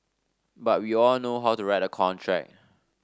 but we all know how to write a contract